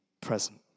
present